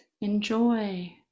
Enjoy